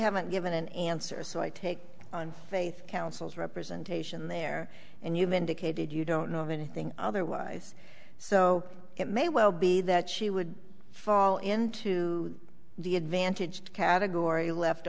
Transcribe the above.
haven't given an answer so i take on faith councils representation there and you've indicated you don't know of anything otherwise so it may well be that she would fall into the advantaged category left